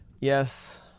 Yes